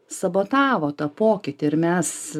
sabotavo tą pokytį ir mes